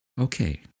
Okay